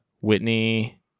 Whitney